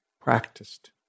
practiced